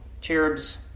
cherubs